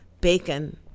bacon